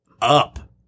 up